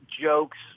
jokes